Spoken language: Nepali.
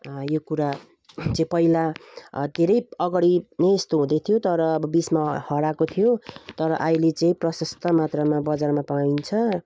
यो कुरा चाहिँ पहिला के रे अगाडि नै यस्तो हुँदैथियो तर अब बिचमा हराएको थियो तर अहिले चाहिँ प्रशस्त मात्रामा बजारमा पाइन्छ